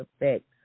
effect